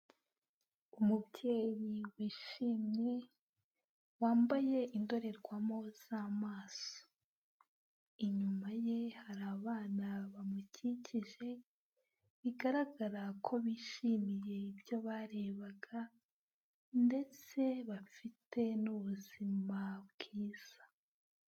Umubyeyi wishimye, wambaye indorerwamo z'amasoso. Inyuma ye hari abana bamukikije, bigaragara ko bishimiye ibyo barebaga ndetse bafite n'ubuzima bwiza.